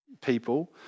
people